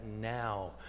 now